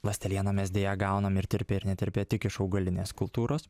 ląstelieną mes deja gaunam ir tirpią ir netirpią tik iš augalinės kultūros